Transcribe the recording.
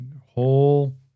Whole